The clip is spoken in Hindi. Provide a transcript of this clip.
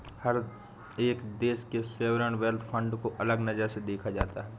हर एक देश के सॉवरेन वेल्थ फंड को अलग नजर से देखा जाता है